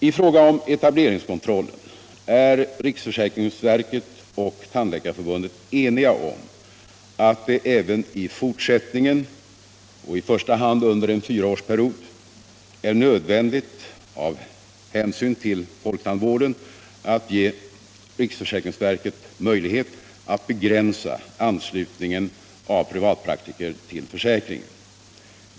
I fråga om etableringskontrollen är riksförsäkringsverket och Tandläkarförbundet eniga om att det även i fortsättningen och i första hand under en fyraårsperiod är nödvändigt av hänsyn till folktandvården att ge riksförsäkringsverket möjlighet att begränsa anslutningen av privatpraktiker till försäkringen.